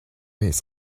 his